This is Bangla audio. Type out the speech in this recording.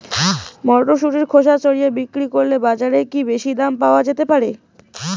মটরশুটির খোসা ছাড়িয়ে বিক্রি করলে বাজারে কী বেশী দাম পাওয়া যেতে পারে?